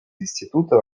института